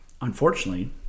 Unfortunately